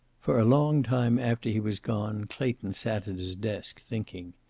for a long time after he was gone clayton sat at his desk, thinking.